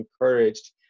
encouraged